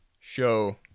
show